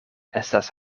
estas